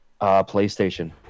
PlayStation